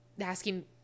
Asking